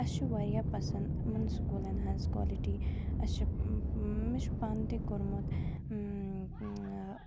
اَسہِ چھُ واریاہ پسند یِمن سکوٗلَن ہٕنٛز کالٹی اَسہِ چھُ مےٚ چھُ پانہٕ تہِ کوٚرمُت